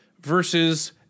versus